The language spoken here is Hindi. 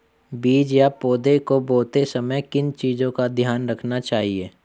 बीज या पौधे को बोते समय किन चीज़ों का ध्यान रखना चाहिए?